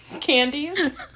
candies